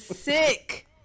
sick